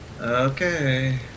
Okay